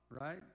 right